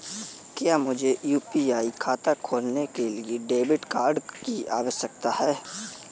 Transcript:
क्या मुझे यू.पी.आई खाता खोलने के लिए डेबिट कार्ड की आवश्यकता है?